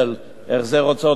החזר הוצאות נסיעה,